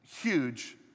huge